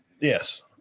Yes